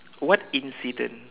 what incident